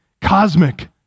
cosmic